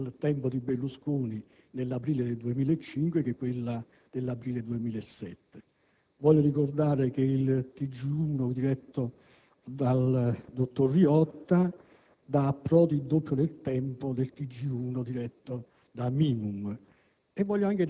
del tempo di Berlusconi nell'aprile del 2005 di quella dell'aprile 2007. Voglio ricordare che il TG1 diretto dal dottor Riotta dà a Prodi il doppio del tempo che gli dedicava il